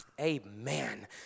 amen